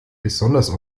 besonders